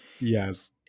Yes